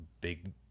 big